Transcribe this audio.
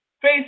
face